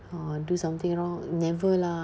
or do something wrong never lah~